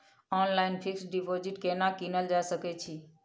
Online fix deposit केना कीनल जा सकै छी?